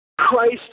Christ